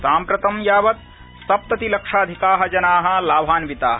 साम्प्रतं यावत् सप्ततिलक्षाधिका जना लाभान्विता